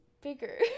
bigger